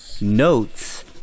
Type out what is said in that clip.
notes